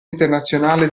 internazionale